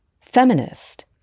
feminist